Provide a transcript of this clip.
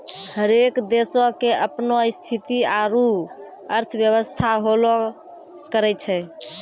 हरेक देशो के अपनो स्थिति आरु अर्थव्यवस्था होलो करै छै